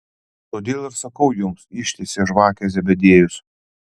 todėl ir sakau jums ištiesė žvakę zebediejus